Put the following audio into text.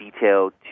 detailed